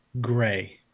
gray